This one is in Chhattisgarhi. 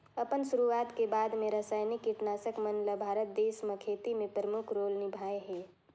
अपन शुरुआत के बाद ले रसायनिक कीटनाशक मन ल भारत देश म खेती में प्रमुख रोल निभाए हे